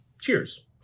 Cheers